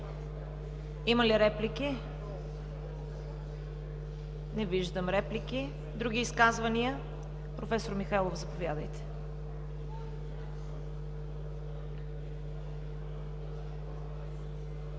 Има ли реплики? Не виждам. Други изказвания? Професор Михайлов, заповядайте.